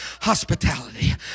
Hospitality